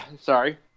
Sorry